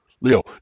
Leo